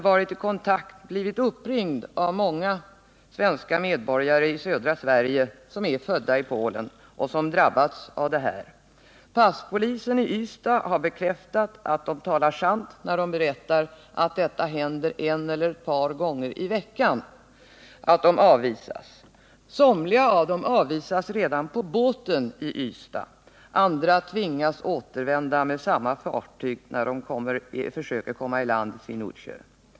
Jag har blivit uppringd av många svenska medborgare i södra Sverige som är födda i Polen och som drabbats av detta. Passpolisen i Ystad har bekräftat att det händer en eller ett par gånger i veckan. Somliga avvisas redan på båten i Ystad, andra tvingas återvända med samma fartyg när de försöker komma i land i Swinoujscie.